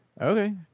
Okay